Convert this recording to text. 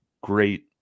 great